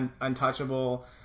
untouchable